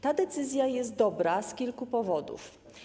Ta decyzja jest dobra z kilku powodów.